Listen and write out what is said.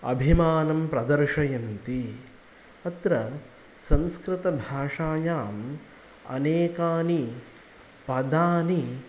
अभिमानं प्रदर्शयन्ति अत्र संस्कृतभाषायाम् अनेकानि पदानि